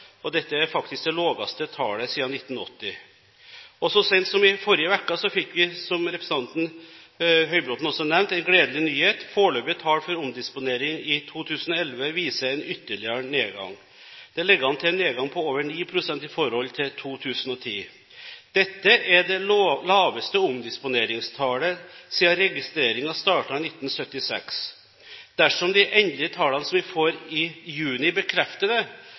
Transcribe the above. og dette er faktisk det laveste tallet siden 1980. Så sent som i forrige uke fikk vi, som representanten Høybråten også nevnte, en gledelig nyhet. Foreløpige tall for omdisponering i 2011 viser en ytterligere nedgang. Det ligger an til en nedgang på over 9 pst. i forhold til 2010. Dette er det laveste omdisponeringstallet siden registreringen startet i 1976. Dersom de endelige tallene som vi får i juni, bekrefter